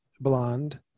blonde